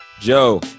Joe